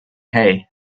hay